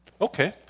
Okay